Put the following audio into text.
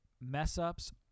mess-ups